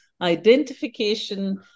identification